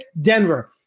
Denver